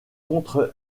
contre